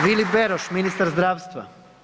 Vili Beroš, ministar zdravstva.